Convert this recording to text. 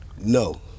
No